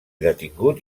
detingut